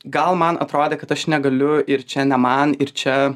gal man atrodė kad aš negaliu ir čia ne man ir čia